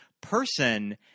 person